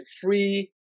free